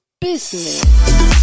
business